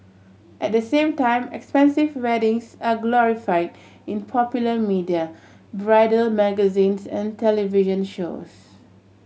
at the same time expensive weddings are glorify in popular media bridal magazines and television shows